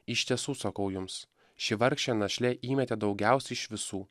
iš tiesų sakau jums ši vargšė našlė įmetė daugiausiai iš visų